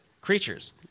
creatures